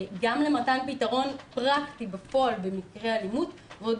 גם למתן פתרון פרקטי בפועל במקרי אלימות ועוד